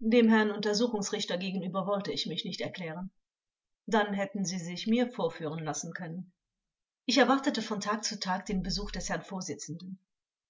angekl dem herrn untersuchungsrichter gegenüber wollte ich mich nicht erklären vors dann hätten sie sich mir vorführen lassen können angekl ich erwartete von tag zu tag den besuch des herrn vorsitzenden